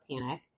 panic